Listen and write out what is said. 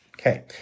Okay